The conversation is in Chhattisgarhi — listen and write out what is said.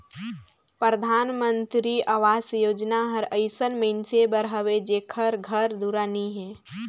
परधानमंतरी अवास योजना हर अइसन मइनसे बर हवे जेकर घर दुरा नी हे